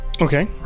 Okay